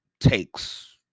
takes